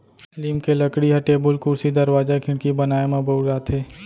लीम के लकड़ी ह टेबुल, कुरसी, दरवाजा, खिड़की बनाए म बउराथे